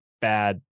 bad